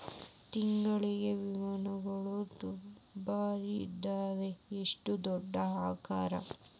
ಬೆಳೆ ವಿಮಾ ಆಯಾ ತಿಂಗ್ಳು ತುಂಬಲಿಲ್ಲಾಂದ್ರ ಎಷ್ಟ ದಂಡಾ ಹಾಕ್ತಾರ?